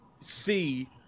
see